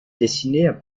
dessinée